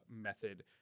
method